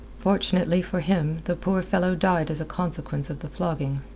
fortunately for him the poor fellow died as a consequence of the flogging.